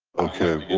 okay.